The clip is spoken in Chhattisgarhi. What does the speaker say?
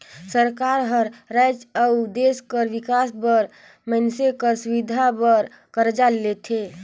सरकार हर राएज अउ देस कर बिकास बर मइनसे कर सुबिधा बर करजा लेथे